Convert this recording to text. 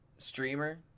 Streamer